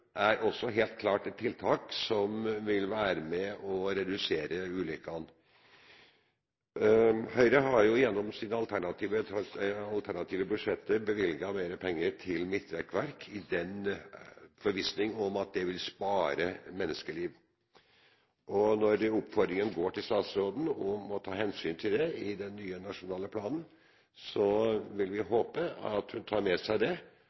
er også helt klart et tiltak som vil være med og redusere ulykkene. Høyre har gjennom sine alternative budsjetter bevilget mer penger til midtrekkverk, i forvissning om at det vil spare menneskeliv. Når oppfordringen går til statsråden om å ta hensyn til det i den nye nasjonale planen, vil vi håpe at hun tar med seg det,